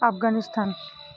Afghanistan